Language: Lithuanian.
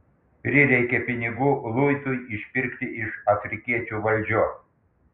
prireikė pinigų luitui išpirkti iš afrikiečių valdžios